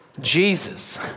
Jesus